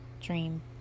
dream